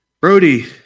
Brody